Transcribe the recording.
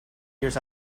years